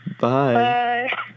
Bye